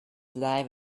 life